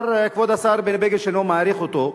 כבוד השר בני בגין, שאני מעריך אותו,